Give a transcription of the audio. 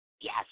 Yes